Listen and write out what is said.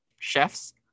chefs